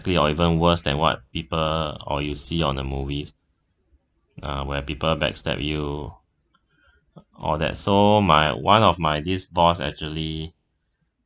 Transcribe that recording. or even worse than what people or you see on the movies uh where people backstab you all that so my one of my this boss actually